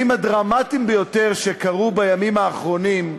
הדרמטיים ביותר שקרו בימים האחרונים,